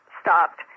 stopped